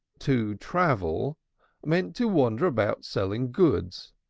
to travel meant to wander about selling goods,